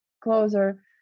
closer